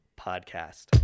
podcast